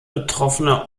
betroffene